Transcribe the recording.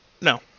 No